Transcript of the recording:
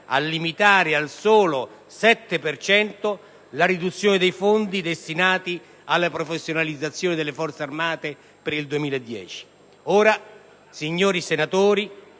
a limitare al solo 7 per cento la riduzione dei fondi destinati alla professionalizzazione delle Forze armate» per il 2010.